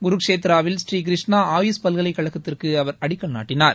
குருஷேத்ராவில் ஸ்ரீகிருஷ்ணா ஆயுஷ் பல்கலைக்கழகத்திற்கு அவர் அடிக்கல் நாட்டினார்